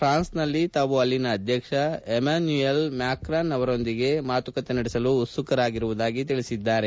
ಪ್ರಾನ್ಸನಲ್ಲಿ ತಾವು ಅಲ್ಲಿನ ಅಧ್ವಕ್ಷ ಎಮ್ಯಾನ್ಯೂಯಲ್ ಮ್ಯಾಕಾನ್ ಅವರೊಂದಿಗೆ ಮಾತುಕತೆ ನಡೆಸಲು ಉತ್ಸುಕರಾಗಿರುವುದಾಗಿ ತಿಳಿಸಿದ್ದಾರೆ